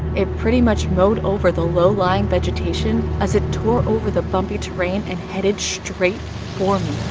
it pretty much mowed over the low-lying vegetation as it tore over the bumpy terrain and headed straight for me.